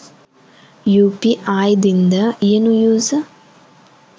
UPI ದಿಂದ ಏನು use?